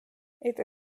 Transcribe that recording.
эта